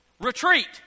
retreat